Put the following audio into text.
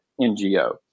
NGO